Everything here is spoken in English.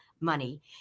money